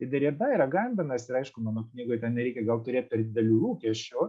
ir derida ir gambenas ir aišku mano knygoj nereikia gal turėt per didelių lūkesčių